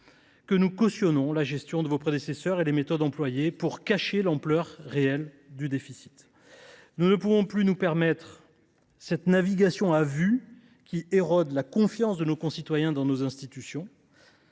que nous cautionnons la gestion de vos prédécesseurs et les méthodes employées pour cacher l’ampleur réelle du déficit. Nous ne pouvons plus nous permettre cette navigation à vue, qui érode la confiance de nos concitoyens dans nos institutions.